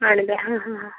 ആണല്ലേ ആ ആ ആ